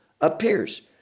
appears